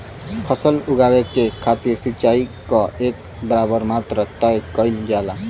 फसल उगावे के खातिर सिचाई क एक बराबर मात्रा तय कइल जाला